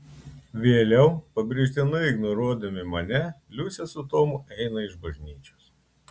vėliau pabrėžtinai ignoruodami mane liusė su tomu eina iš bažnyčios